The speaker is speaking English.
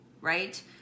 right